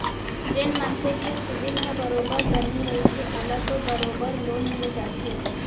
जेन मनसे के सिविल ह बरोबर बने रहिथे ओला तो बरोबर लोन मिल जाथे